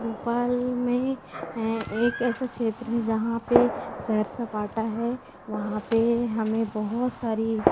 भोपाल में एक ऐसा क्षेत्र है जहाँ पे सैर सपाटा है वहाँ पे हमें बहुत सारी